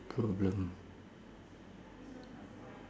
problem